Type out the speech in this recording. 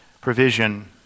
provision